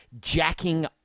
jacking